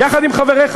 יחד עם חבריך,